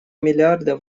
миллиарда